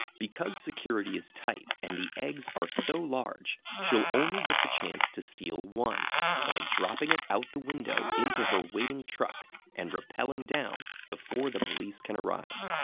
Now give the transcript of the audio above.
because security is tight and the eggs are so large, she'll only get the chance to steal one by dropping it out the window into her waiting truck and repelling down before the police can arrive.